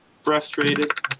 frustrated